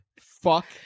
Fuck